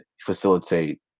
facilitate